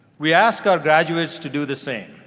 we ask our graduates to do the same.